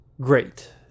great